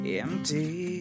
empty